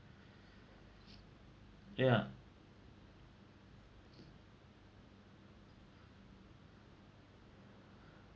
ya